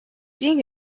being